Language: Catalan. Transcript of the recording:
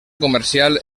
comercial